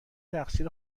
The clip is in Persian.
تقصیر